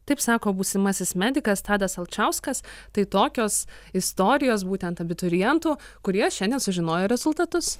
taip sako būsimasis medikas tadas alčauskas tai tokios istorijos būtent abiturientų kurie šiandien sužinojo rezultatus